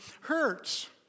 hurts